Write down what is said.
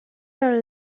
are